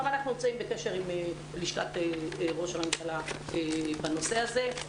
גם אנחנו נמצאים בקשר עם לשכת ראש הממשלה בנושא הזה.